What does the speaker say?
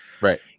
Right